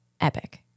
epic